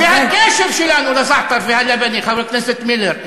זה הקשר שלנו לזעתר והלבנה, חבר הכנסת מילר.